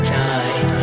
time